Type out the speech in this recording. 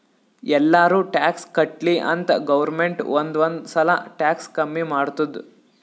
ಎಲ್ಲಾರೂ ಟ್ಯಾಕ್ಸ್ ಕಟ್ಲಿ ಅಂತ್ ಗೌರ್ಮೆಂಟ್ ಒಂದ್ ಒಂದ್ ಸಲಾ ಟ್ಯಾಕ್ಸ್ ಕಮ್ಮಿ ಮಾಡ್ತುದ್